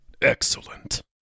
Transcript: Excellent